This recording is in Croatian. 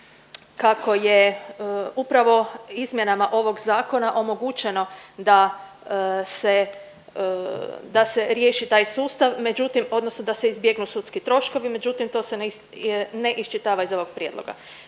kako je upravo izmjenama ovog zakona omogućeno da se, da se riješi taj sustav međutim, odnosno da se izbjegnu sudski troškovi međutim to se ne iščitava iz ovog prijedloga.